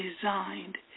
designed